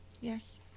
Yes